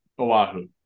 Oahu